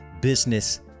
business